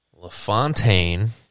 Lafontaine